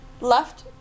Left